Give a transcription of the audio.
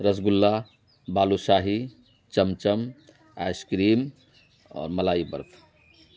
رس گلہ balushahi chamcham ice cream اور ملائی برفی